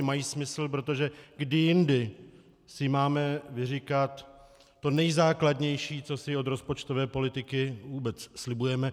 Mají smysl, protože kdy jindy si máme vyříkat to nejzákladnější, co si od rozpočtové politiky vůbec slibujeme?